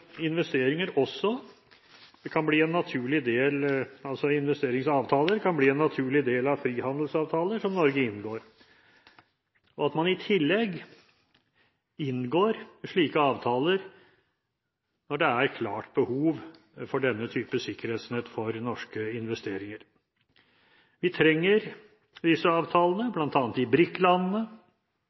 investeringsavtaler kan bli en naturlig del av frihandelsavtaler som Norge inngår, og at man i tillegg inngår slike avtaler når det er klart behov for denne type sikkerhetsnett for norske investeringer. Vi trenger disse avtalene, bl.a. i